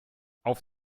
auf